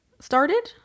started